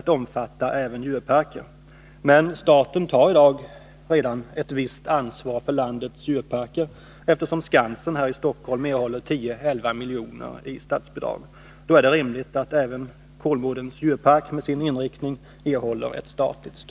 Men då vissa djurparker har rikskaraktär och dessutom fullgör viktiga samhällsfunktioner, kan man ställa frågan, om inte staten bör ta ett visst ansvar för djurparkernas ekonomiska villkor.